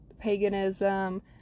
paganism